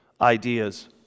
ideas